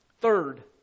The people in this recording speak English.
Third